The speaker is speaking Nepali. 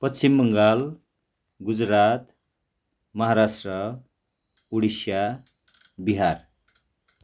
पश्चिम बङ्गाल गुजरात महाराष्ट्र उडिसा बिहार